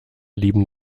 lieben